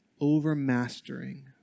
Overmastering